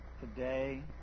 Today